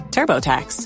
TurboTax